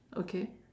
okay